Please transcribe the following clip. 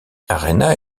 arena